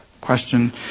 question